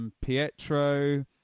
Pietro